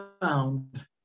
found